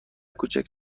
کوچک